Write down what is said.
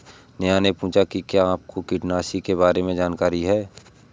नेहा ने पूछा कि क्या आपको कीटनाशी के बारे में जानकारी है?